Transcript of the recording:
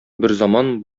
берзаман